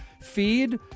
feed